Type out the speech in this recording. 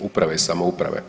uprave i samouprave.